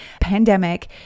pandemic